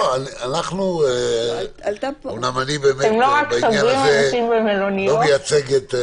לא רק שמים אנשים במלוניות,